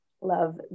love